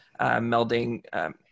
melding